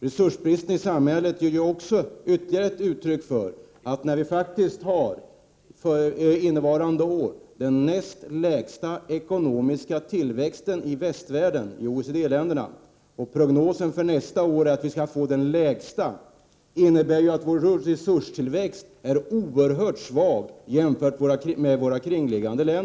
Resursbristen i samhället innebär ju dessutom att vår resurstillväxt är oerhört svag jämfört med omkringliggande länder. Innevarande år är vår ekonomiska tillväxt faktiskt den näst lägsta bland OECD-länderna — prognosen säger att vi nästa år verkligen får den lägsta ekonomiska tillväxten.